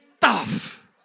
tough